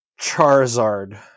Charizard